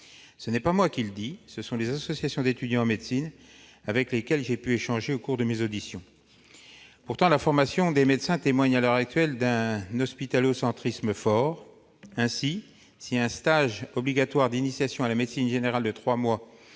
Ce n'est pas moi qui le dis ; ce sont les représentants des associations d'étudiants en médecine avec lesquels j'ai pu échanger au cours de mes auditions. La formation des médecins témoigne à l'heure actuelle d'un hospitalo-centrisme fort. Ainsi, alors qu'un stage obligatoire d'initiation à la médecine générale de trois mois